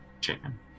chicken